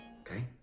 Okay